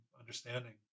understanding